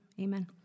amen